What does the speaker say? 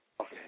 Okay